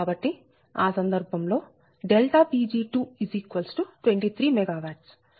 కాబట్టి ఆ సందర్భం లో Pg223 MW